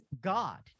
God